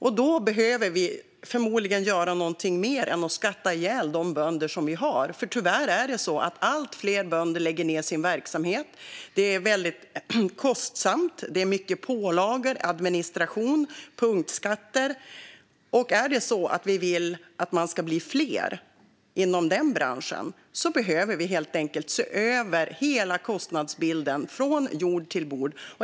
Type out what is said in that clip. Därför behöver vi förmodligen göra något mer än att skatta ihjäl de bönder som vi har. Tyvärr är det så att allt fler bönder lägger ned sin verksamhet. Det är väldigt kostsamt, och det är mycket pålagor, administration och punktskatter. Om vi vill att man ska bli fler inom den branschen behöver vi helt enkelt se över hela kostnadsbilden från jord till bord.